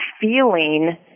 feeling